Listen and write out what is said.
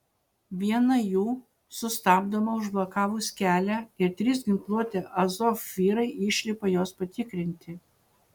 viena jų sustabdoma užblokavus kelią ir trys ginkluoti azov vyrai išlipa jos patikrinti